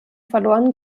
verloren